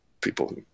people